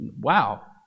wow